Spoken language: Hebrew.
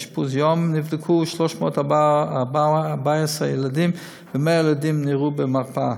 באשפוז יום נבדקו 314 ילדים ו-100 ילדים נראו במרפאה.